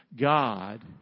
God